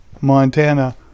Montana